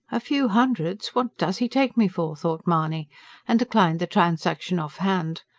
a few hundreds. what does he take me for? thought mahony and declined the transaction off-hand.